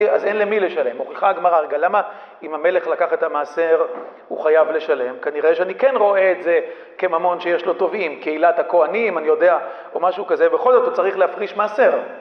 אז אין למי לשלם. מוכיחה הגמרא רגע. למה אם המלך לקח את המעשר, הוא חייב לשלם? כנראה שאני כן רואה את זה כממון שיש לו תובעים, קהילת הכהנים, אני יודע, או משהו כזה, בכל זאת הוא צריך להפריש מעשר.